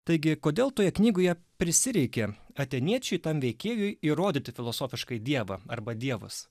taigi kodėl toje knygoje prisireikė atėniečiui tam veikėjui įrodyti filosofiškai dievą arba dievus